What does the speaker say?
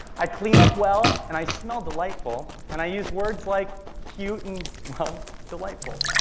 i clean up well. and i smell delightful. and i use words like cute, and, well, delightful.